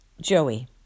Joey